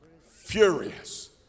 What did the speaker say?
Furious